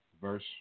verse